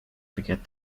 forget